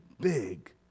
big